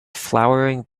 flowering